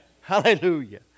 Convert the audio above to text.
hallelujah